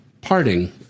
parting